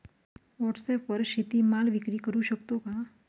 व्हॉटसॲपवर शेती माल विक्री करु शकतो का?